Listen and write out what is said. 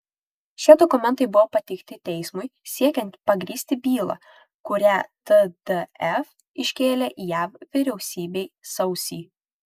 šie dokumentai buvo pateikti teismui siekiant pagrįsti bylą kurią tdf iškėlė jav vyriausybei sausį